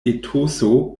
etoso